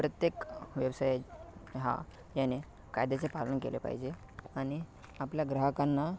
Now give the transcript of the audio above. प्रत्येक व्यवसाय हा याने कायद्याचे पालन केले पाहिजे आणि आपल्या ग्राहकांना